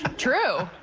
true.